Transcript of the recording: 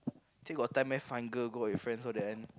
think got time meh find girl go out with friends all that